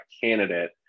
candidate